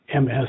MS